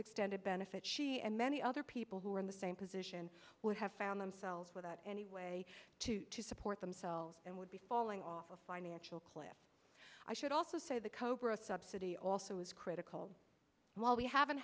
extended benefit she and many other people who are in the same position would have found themselves without any way to to support themselves and would be falling off a financial cliff i should also say the cobra subsidy also is critical while we haven't